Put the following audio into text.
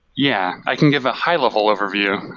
yeah. i can give a high level overview,